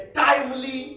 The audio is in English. timely